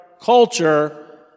Culture